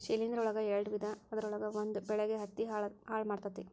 ಶಿಲೇಂಧ್ರ ಒಳಗ ಯಾಡ ವಿಧಾ ಅದರೊಳಗ ಒಂದ ಬೆಳಿಗೆ ಹತ್ತಿ ಹಾಳ ಮಾಡತತಿ